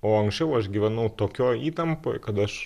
o anksčiau aš gyvenau tokioj įtampoj kad aš